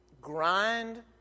grind